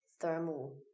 thermal